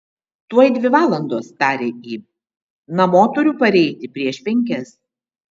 tuoj dvi valandos tarė ji namo turiu pareiti prieš penkias